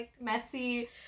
messy